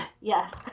Yes